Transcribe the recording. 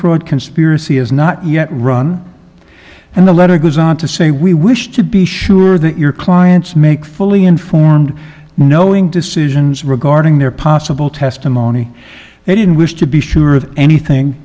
fraud conspiracy has not yet run and the letter goes on to say we wish to be sure that your clients make fully informed knowing decisions regarding their possible testimony they didn't wish to be sure of anything